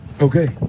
okay